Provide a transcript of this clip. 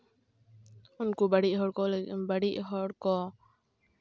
ᱩᱱᱠᱩ ᱵᱟᱹᱲᱤᱡ ᱦᱚᱲ ᱠᱚ ᱞᱟᱹᱜᱤᱫ ᱵᱟᱹᱲᱤᱡ ᱦᱚᱲ ᱠᱚ